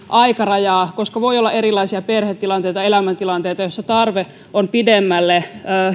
aikaraja koska voi olla erilaisia perhetilanteita ja elämäntilanteita joissa tarve on pidemmälle